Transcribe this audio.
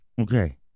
Okay